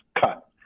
Cut